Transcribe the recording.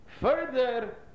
further